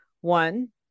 One